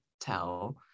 tell